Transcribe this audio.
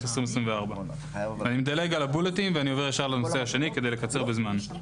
2024. אני מדלג על הבולטים ועובר ישר לנושא השני כדי לקצר בזמן.